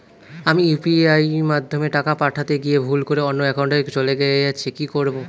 আমি ইউ.পি.আই মাধ্যমে টাকা পাঠাতে গিয়ে ভুল করে অন্য একাউন্টে চলে গেছে কি করব?